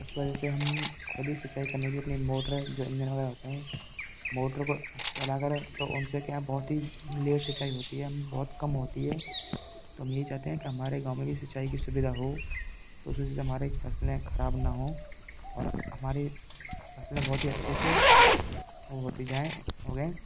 उस वजह से हम खुद ही सिंचाई करने के लिए अपनी मोटर जो इंजन वगैरह हैं मोटर को चला कर तो उनसे क्या बहुत ही लेट सिंचाई होती है हम बहुत कम होती है तो हम यही चाहते हैं कि हमारे गाँव में भी सिंचाई कि सुविधा हो तो उस वजह से हमारे फसलें खराब न हो और हमारे फसलें बहुत ही अच्छे से वो होती जाएं उगें